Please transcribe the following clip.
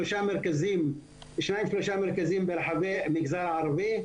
שלושה מרכזים במגזר הערבי,